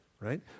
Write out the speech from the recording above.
Right